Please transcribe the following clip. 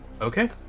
Okay